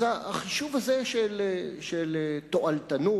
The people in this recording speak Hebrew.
החישוב הזה של תועלתנות